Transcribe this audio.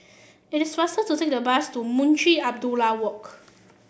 it is faster to take the bus to Munshi Abdullah Walk